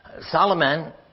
Solomon